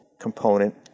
component